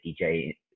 DJ